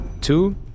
Two